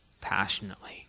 passionately